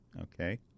Okay